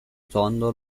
tondo